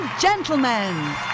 Gentlemen